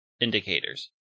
indicators